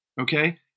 Okay